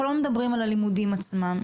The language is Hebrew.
אנחנו לא מדברים על הלימודים עצמם.